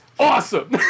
Awesome